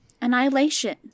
Annihilation